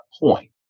point